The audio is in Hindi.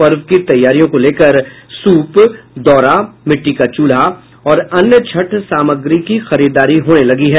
पर्व की तैयारियों को लेकर सूप दौरा मिट्टी का चूल्हा और अन्य छठ सामग्री की खरीददारी होने लगी है